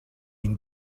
been